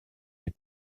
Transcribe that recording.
des